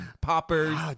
Poppers